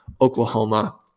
Oklahoma